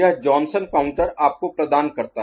यह Johnson counter आपको प्रदान करता है